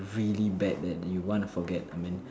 really bad that you want to forget I mean